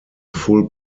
full